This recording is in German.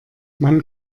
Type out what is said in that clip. man